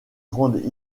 grande